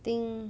think